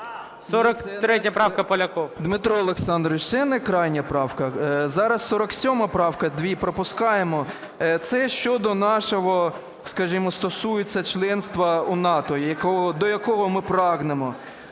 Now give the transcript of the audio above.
43 правка Поляков.